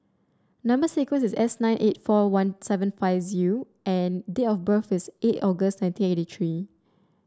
number sequence is S nine eight four one seven five U and date of birth is eight August nineteen eighty three